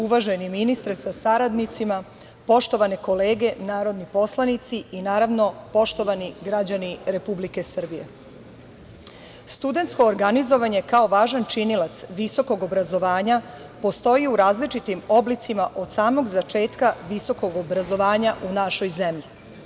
Uvaženi ministre sa saradnicima, poštovane kolege narodni poslanici i naravno poštovani građani Republike Srbije, studentsko organizovanje kao važan činilac visokog obrazovanja postoji u različitim oblicima od samog začetka visokog obrazovanja u našoj zemlji.